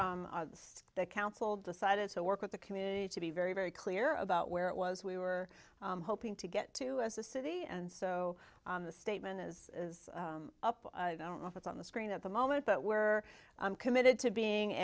the council decided to work with the community to be very very clear about where it was we were hoping to get to as a city and so the statement is up i don't know if it's on the screen at the moment but we're committed to being